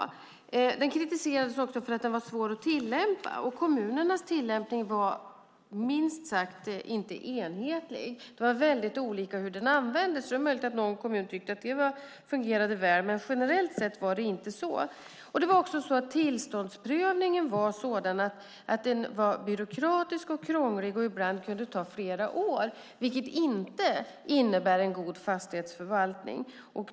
Förvärvslagen kritiserades också för att den var svår att tillämpa, och kommunernas tillämpning var minst sagt inte enhetlig. Det var väldigt olika hur den användes. Det är möjligt att någon kommun tyckte att det fungerade väl, men generellt sett var det inte så. Tillståndsprövningen var också byråkratisk och krånglig och kunde ibland ta flera år, vilket inte innebär en god fastighetsförvaltning.